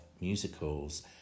musicals